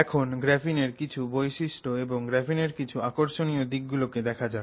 এখন গ্রাফিনের কিছু বৈশিষ্ট্য এবং গ্রাফিনের কিছু আকর্ষণীয় দিক গুলোকে দেখা যাক